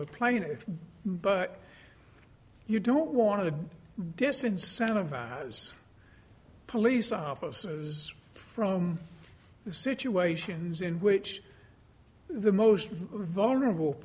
the plaintiffs but you don't want to disincentive as police officers from the situations in which the most vulnerable